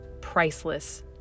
priceless